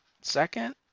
second